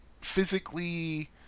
physically